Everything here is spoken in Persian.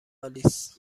آلیس